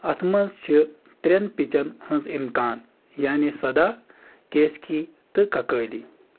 اَتھ منٛز چھِ ترٛٮ۪ن پِچَن ہٕنٛز اِمکان یعنی سَداہ کیسیکی تہٕ کَکٲلی